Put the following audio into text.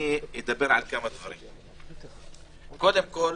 קודם כל,